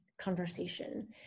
conversation